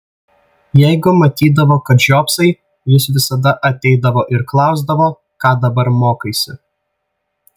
jeigu matydavo kad žiopsai jis visada ateidavo ir klausdavo ką dabar mokaisi